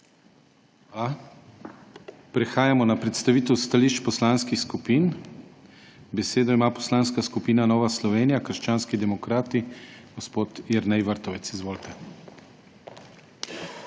Prehajamo na predstavitev stališč poslanskih skupin. Besedo ima Poslanska skupina Nova Slovenija – krščanski demokrati, dr. Vida Čadonič Špelič. Izvolite.